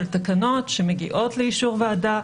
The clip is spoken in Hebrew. של תקנות שמגיעות לאישור ועדה,